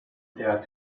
dared